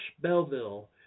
Belleville